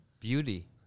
beauty